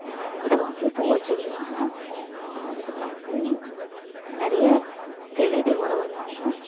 ஏன் அதுக்கப்புறம் வந்து பூ வச்சு விடுவாங்க அதுக்கப்புறம் வந்து நிறைய ரிலேட்டிவோடு வருவாங்க